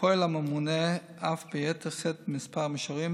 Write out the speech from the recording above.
פועל הממונה אף ביתר שאת בכמה מישורים,